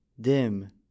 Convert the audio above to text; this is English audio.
Dim